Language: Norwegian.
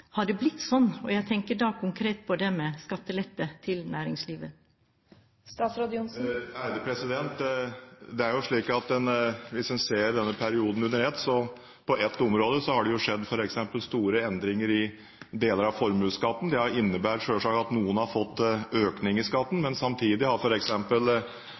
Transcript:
Har det blitt sånn? Jeg tenker da konkret på det med skattelette til næringslivet. Hvis en ser denne perioden under ett, har det på ett område f.eks. skjedd store endringer, i deler av formuesskatten. Det innebærer selvsagt at noen har fått økning i skatten, men samtidig har